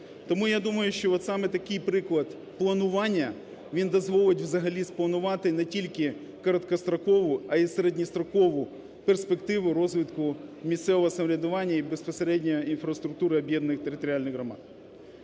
Тому, я думаю, що от саме такий приклад планування, він дозволить взагалі спланувати не тільки короткострокову, а й середньострокову перспективу розвитку місцевого самоврядування і безпосередньо інфраструктури об'єднаних територіальних громад.